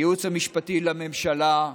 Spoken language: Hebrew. הייעוץ המשפטי לממשלה,